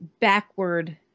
backward